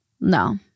No